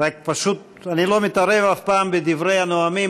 אני לא מתערב אף פעם בדברי הנואמים,